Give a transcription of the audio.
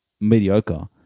mediocre